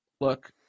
Look